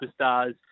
superstars